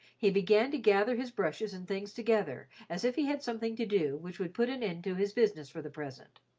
he began to gather his brushes and things together, as if he had something to do which would put an end to his business for the present.